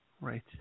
Right